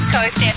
Coast